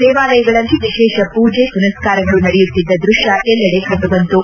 ದೇವಾಲಯಗಳಲ್ಲಿ ವಿಶೇಷ ಪೂಜೆ ಪುನಸ್ಕಾರಗಳು ನಡೆಯುತ್ತಿದ್ದ ದೃಶ್ಯ ಎಲ್ಲೆಡೆ ಕಂಡುಬಂತು